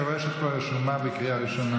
אני רואה שאת כבר רשומה בקריאה ראשונה.